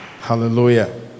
Hallelujah